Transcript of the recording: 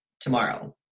tomorrow